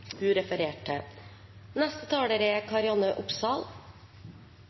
hun refererte til.